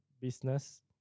business